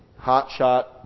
hotshot